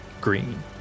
green